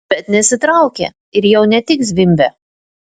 bet nesitraukia ir jau ne tik zvimbia